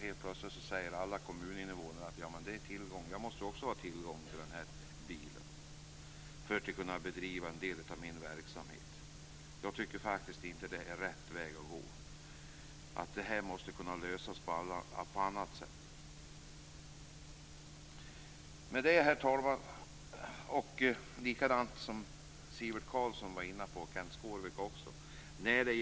Plötsligt vill alla kommuninvånare ha tillgång till en sådan här bil för att kunna bedriva en del av sin verksamhet. Jag tycker faktiskt inte att detta är rätta vägen att gå. Det här måste kunna lösas på annat sätt. Sivert Carlsson och Kenth Skårvik var inne på lantbrevbäringsservicen.